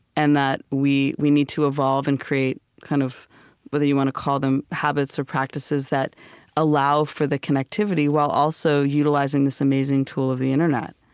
and that we we need to evolve and create kind of whether you want to call them habits or practices that allow for the connectivity while also utilizing this amazing tool of the internet